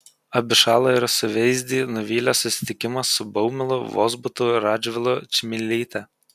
abišalą ir suveizdį nuvylė susitikimas su baumilu vozbutu radžvilu čmilyte